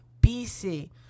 BC